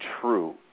true